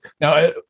Now